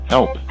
Help